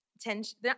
tension